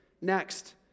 Next